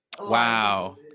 wow